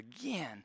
again